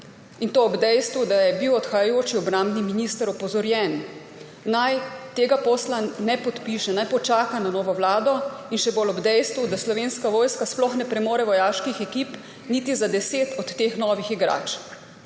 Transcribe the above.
in to ob dejstvu, da je bil odhajajoči obrambni minister opozorjen, naj tega posla ne podpiše, naj počaka na novo vlado, in še bolj ob dejstvu, da Slovenska vojska sploh ne premore vojaških ekip niti za 10 od teh novih igrač.